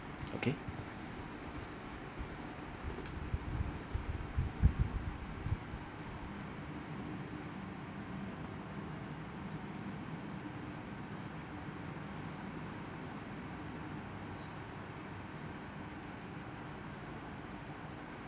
okay